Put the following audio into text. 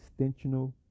extensional